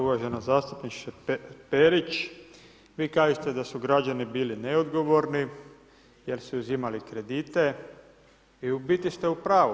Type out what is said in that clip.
Uvažana zastupnice Perić, vi kažete da su građani bili neodgovorni jer su uzimali kredite i u biti ste u pravu.